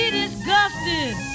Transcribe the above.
disgusted